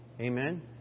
Amen